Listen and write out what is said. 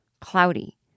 cloudy